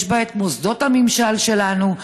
בה שוכנים מוסדות הממשל שלנו,